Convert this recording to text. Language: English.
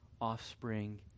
offspring